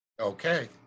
Okay